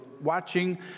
watching